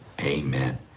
Amen